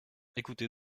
ecoutez